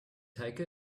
take